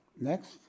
Next